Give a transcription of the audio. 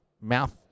mouth